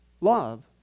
love